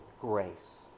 grace